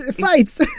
fights